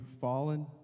fallen